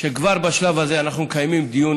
שכבר בשלב הזה אנחנו מקיימים דיונים